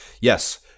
Yes